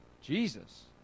Jesus